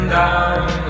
down